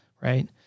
right